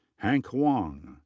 hank huang.